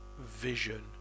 vision